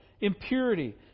impurity